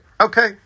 okay